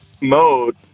mode